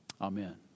Amen